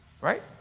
Right